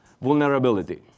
vulnerability